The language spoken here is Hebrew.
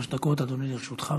שלוש דקות, אדוני, לרשותך.